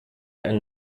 ein